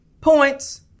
points